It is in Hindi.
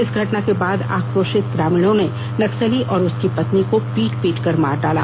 इस घटना के बाद आक्रोशित ग्रामीणों ने नक्सली और उसकी पत्नी को पीट पीट कर मार डाला